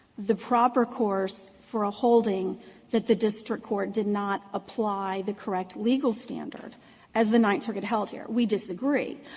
the proper course for a holding that the district court did not apply the correct legal standard as the ninth circuit held here. we disagree.